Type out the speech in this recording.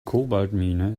kobaltmine